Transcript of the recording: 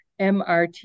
MRT